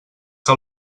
que